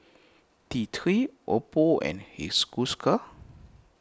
T three Oppo and he school scar